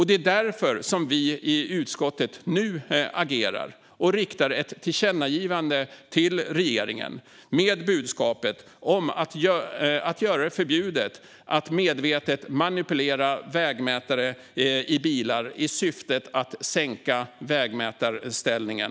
Det är därför vi i utskottet nu agerar och riktar ett tillkännagivande till regeringen med budskapet att göra det förbjudet att medvetet manipulera vägmätare i bilar i syfte att sänka vägmätarställningen.